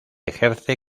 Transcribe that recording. ejerce